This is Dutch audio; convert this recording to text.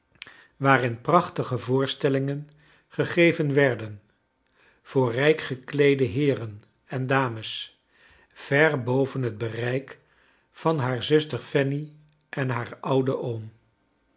waarin prachtige voorstellingen gegeven werden voor rijk gekleede heeren en dames ver boven het bereik van haar zuster fanny en haar ouden oom